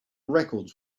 records